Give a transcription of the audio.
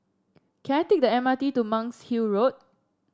can I take the M R T to Monk's Hill Road